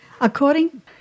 according